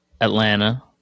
Atlanta